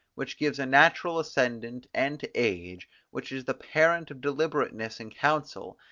which gives a natural ascendant, and to age, which is the parent of deliberateness in council,